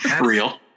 Real